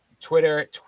Twitter